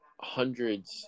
hundreds